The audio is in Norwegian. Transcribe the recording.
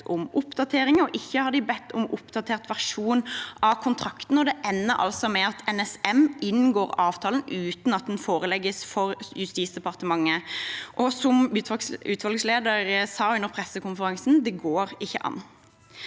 ikke har de bedt om oppdatert versjon av kontrakten, og det ender altså med at NSM inngår avtalen uten at den forelegges Justisdepartementet. Som utvalgslederen sa under pressekonferansen: Det går ikke an.